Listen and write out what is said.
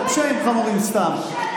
לא פשעים חמורים סתם,